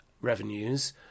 revenues